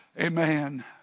Amen